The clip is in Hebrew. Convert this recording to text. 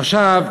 עכשיו,